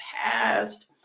past